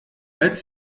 als